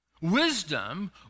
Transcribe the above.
Wisdom